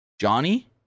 Johnny